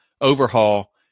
overhaul